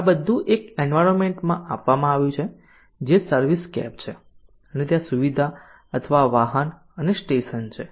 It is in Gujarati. આ બધું એક એન્વાયરમેન્ટ માં આપવામાં આવ્યું છે જે સર્વિસસ્કેપ છે અને ત્યાં સુવિધા અથવા વાહન અને સ્ટેશન છે